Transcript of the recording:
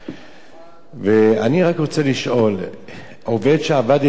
אני רק רוצה לשאול, עובד שעבד אצלי לפני כמה שנים,